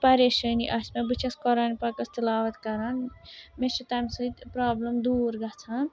پریشٲنی آسہِ مےٚ بہٕ چھیٚس قۄرانِ پاکَس تِلاوت کَران مےٚ چھِ تَمہِ سۭتۍ پرٛابلِم دوٗر گژھان